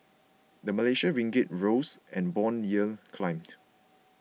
the Malaysian Ringgit rose and bond yield climbed